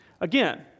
Again